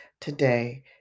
today